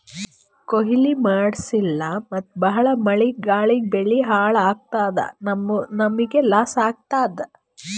ಕೊಯ್ಲಿ ಮಾಡ್ಸಿಲ್ಲ ಮತ್ತ್ ಭಾಳ್ ಮಳಿ ಗಾಳಿಗ್ ಬೆಳಿ ಹಾಳ್ ಆಗಾದಕ್ಕ್ ನಮ್ಮ್ಗ್ ಲಾಸ್ ಆತದ್